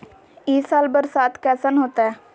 ई साल बरसात कैसन होतय?